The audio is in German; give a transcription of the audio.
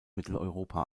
mitteleuropa